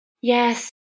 Yes